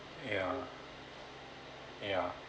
ya ya